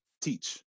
teach